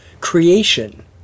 Creation